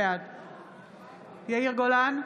בעד יאיר גולן,